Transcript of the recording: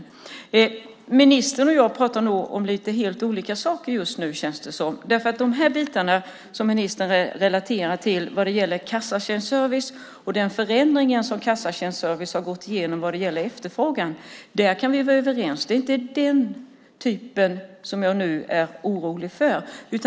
Det känns som om ministern och jag pratar om helt olika saker. När det gäller vad ministern tar upp om kassatjänstservice och den förändring som den har genomgått vad gäller efterfrågan kan vi vara överens. Det är inte detta som jag nu är orolig för.